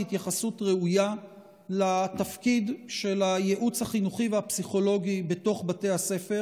התייחסות ראויה לתפקיד של הייעוץ החינוכי והפסיכולוגי בתוך בתי הספר,